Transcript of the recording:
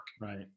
Right